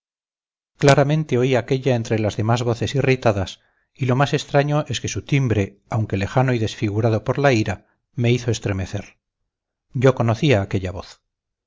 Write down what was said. claramente oí aquella entre las demás voces irritadas y lo más extraño es que su timbre aunque lejano y desfigurado por la ira me hizo estremecer yo conocía aquella voz